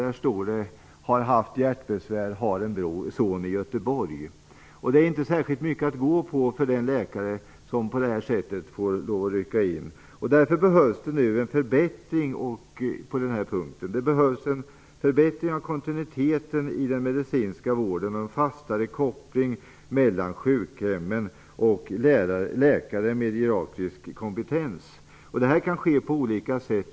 Där stod det: "Har haft hjärtbesvär. Har en son i Göteborg." Det är inte särskilt mycket att gå efter för den läkare som får rycka in på det här sättet. Det behövs nu en förbättring av kontinuiteten i den medicinska vården med en fastare koppling mellan sjukhemmen och läkare med geriatrisk kompetens. Det kan ske på olika sätt.